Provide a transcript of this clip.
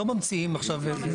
לא ממציאים עכשיו.